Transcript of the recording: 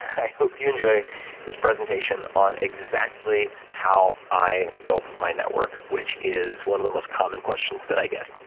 i hope you enjoy this presentation on exactly how i built my network, which is one of the most common questions that i get.